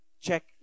check